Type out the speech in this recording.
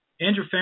Andrew